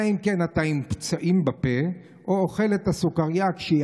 אלא אם כן אתה עם פצעים בפה או אוכל את הסוכרייה כשהיא